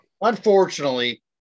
Unfortunately